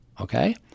Okay